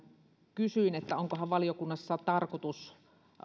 kysyin että onkohan valiokunnassa tarkoitus